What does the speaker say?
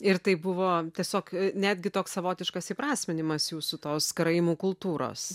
ir tai buvo tiesiog netgi toks savotiškas įprasminimas jūsų tos karaimų kultūros